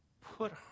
put